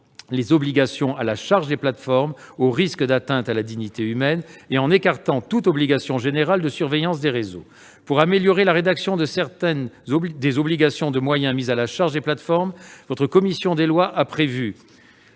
les obligations à la charge des plateformes au risque d'atteinte à la dignité humaine et en écartant toute obligation générale de surveillance des réseaux. Pour améliorer la rédaction de certaines des obligations de moyens mises à la charge des plateformes, la commission des lois a